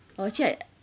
orh actua~